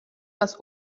das